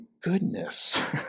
goodness